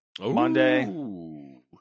Monday